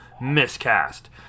miscast